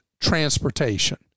transportation